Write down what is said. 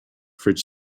fridge